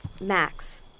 Max